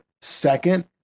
second